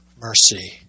mercy